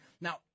Now